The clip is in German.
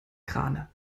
crane